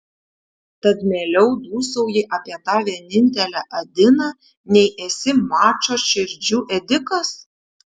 tad mieliau dūsauji apie tą vienintelę adiną nei esi mačo širdžių ėdikas